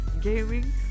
gaming